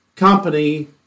company